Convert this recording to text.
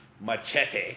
Machete